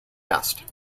best